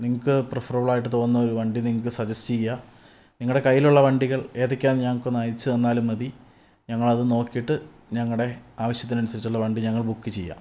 നിങ്ങൾക്ക് പ്രിഫറബിളായിട്ട് തോന്നുന്നൊരു വണ്ടി നിങ്ങൾക്ക് സജസ്റ്റ് ചെയ്യാം നിങ്ങളുടെ കയ്യിലുള്ള വണ്ടികൾ ഏതൊക്കെ ആണെന്ന് ഞങ്ങൾക്ക് ഒന്ന് അയച്ച് തന്നാലും മതി ഞങ്ങളത് നോക്കിയിട്ട് ഞങ്ങളുടെ ആവശ്യത്തിനനുസരിച്ചുളള വണ്ടി ഞങ്ങൾ ബുക്ക് ചെയ്യാം